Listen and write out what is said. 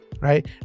Right